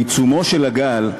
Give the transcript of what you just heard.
בעיצומו של הגל,